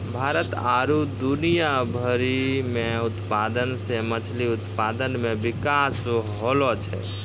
भारत आरु दुनिया भरि मे उत्पादन से मछली उत्पादन मे बिकास होलो छै